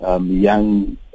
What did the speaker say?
young